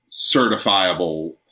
certifiable